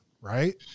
Right